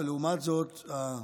לעומת זאת,